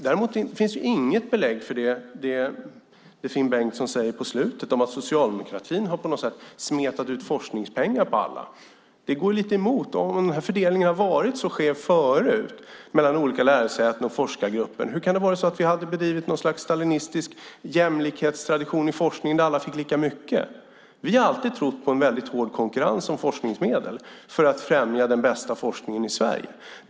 Däremot finns det inget belägg för det Finn Bengtsson säger på slutet om att socialdemokratin på något sätt har smetat ut forskningspengar på alla. Det går lite emot det han säger om att fördelningen förut har varit så skev mellan olika lärosäten och forskargrupper. Hur kan vi i så fall ha bedrivit något slags stalinistisk jämlikhetstradition där alla inom forskningen fick lika mycket? Vi har alltid trott på en väldigt hård konkurrens om forskningsmedel för att främja den bästa forskningen i Sverige.